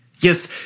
Yes